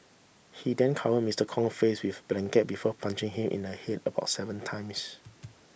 he then covered Mister Kong face with blanket before punching him in the head about seven times